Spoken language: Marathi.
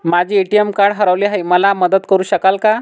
माझे ए.टी.एम कार्ड हरवले आहे, मला मदत करु शकाल का?